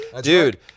Dude